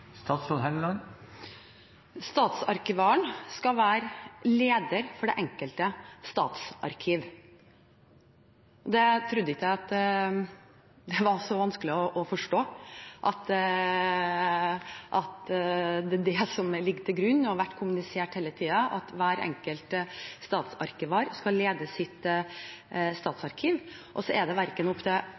skal være leder for det enkelte statsarkiv. Jeg trodde ikke det var så vanskelig å forstå at det er det som ligger til grunn. Det har hele tiden vært kommunisert at hver enkelt statsarkivar skal lede sitt statsarkiv. Det er verken opp